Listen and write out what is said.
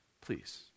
Please